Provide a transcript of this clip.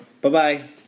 Bye-bye